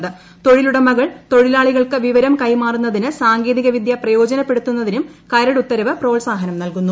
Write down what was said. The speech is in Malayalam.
്തൊഴിലുടമകൾ തൊഴിലാളികൾക്ക് വിവരം കൈമാറുന്നതിന് സാങ്കേതികവിദ്യ പ്രയോജനപ്പെടുതുന്നതിനും കരട് ഉത്തരവ് പ്രോത്സാഹനം നൽകുന്നു